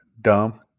dumb